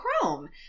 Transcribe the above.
Chrome